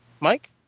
Mike